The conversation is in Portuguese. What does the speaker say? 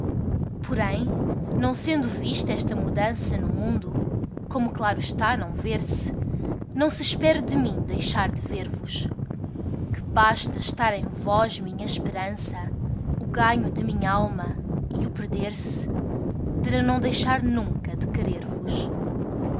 ver porém não sendo vista esta mudança no mundo como claro está não ver-se não se espere de mim deixar de ver-vos que basta estar em vós minha esperança o ganho de minha alma e o perder-se para não deixar nunca de